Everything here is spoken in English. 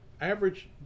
average